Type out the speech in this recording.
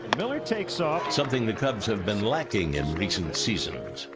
miller takes off. something the cubs have been lacking in recent seasons.